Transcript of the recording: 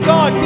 God